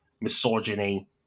misogyny